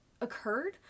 occurred